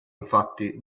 infatti